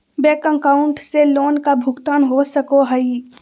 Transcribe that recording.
Bank account से loan का भुगतान हो सको हई?